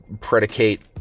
predicate